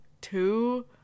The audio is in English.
two